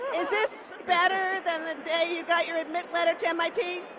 is this better than the day you got your admit letter to mit?